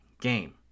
game